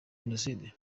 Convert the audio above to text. jenoside